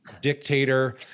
dictator